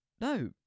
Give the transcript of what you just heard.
No